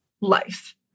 life